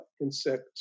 insect